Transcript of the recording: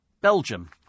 Belgium